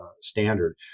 standard